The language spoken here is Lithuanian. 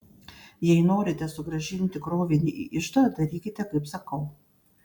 jei norite sugrąžinti krovinį į iždą darykite kaip sakau